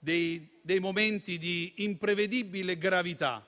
dei momenti di imprevedibile gravità,